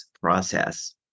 process